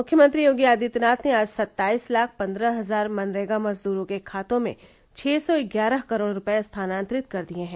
मुख्यमंत्री योगी आदित्यनाथ ने आज सत्ताईस लाख पन्द्रह हजार मनरेगा मजदूरों के खातों में छः सौ ग्यारह करोड़ रूपये स्थानान्तरित कर दिए हैं